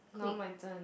now my turn